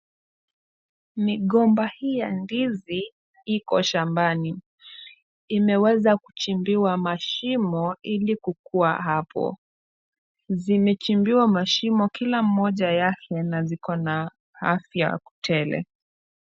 Migomba hii ya ndizi iko shambani. Imeweza kuchimbiwa mashimo ili kukuwa hapo. Zimechimbiwa mashimo kila mmoja yake na ziko na afya tele.